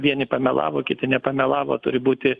vieni pamelavo kiti nepamelavo turi būti